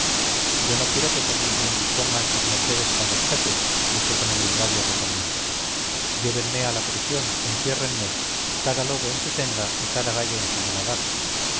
yo no quiero que por mí se indispongan sus mercedes con los jefes dije con humildad y apocamiento llévenme a la prisión enciérrenme cada lobo en su senda y cada gallo en su muladar